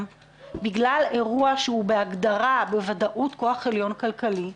בגלל אירוע שהוא בהגדרה כוח עליון כלכלי,